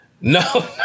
No